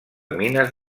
mines